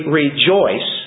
rejoice